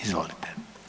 Izvolite.